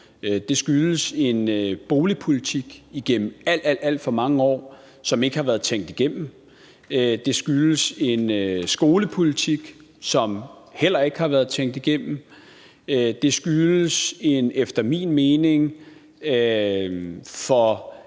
Det skyldes en boligpolitik igennem alt, alt for mange år, som ikke har været tænkt igennem. Det skyldes en skolepolitik, som heller ikke har været tænkt igennem. Det skyldes en efter min mening for